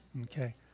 Okay